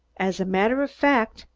as a matter of fact,